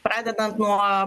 pradedant nuo